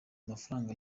mafaranga